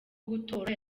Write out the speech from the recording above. gutora